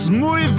muy